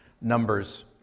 Numbers